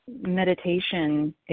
meditation